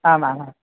आमाम्